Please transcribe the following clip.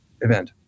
event